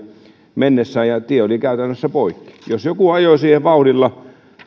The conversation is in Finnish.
mennessään ja tie oli käytännössä poikki jos joku olisi ajanut siihen vauhdilla